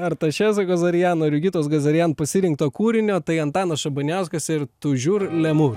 artašezo gazariano ir jurgitos gazarian pasirinkto kūrinio tai antanas šabaniauskas ir toujours lamour